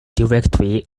directly